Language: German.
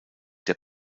der